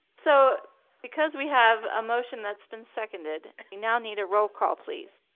so because we have a motion that's been seconded, we now need a roll call please.